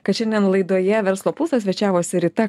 kad šiandien laidoje verslo pulsas svečiavosi rita